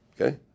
Okay